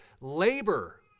labor